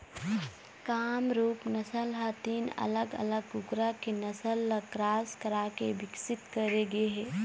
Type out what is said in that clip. कामरूप नसल ह तीन अलग अलग कुकरा के नसल ल क्रास कराके बिकसित करे गे हे